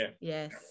Yes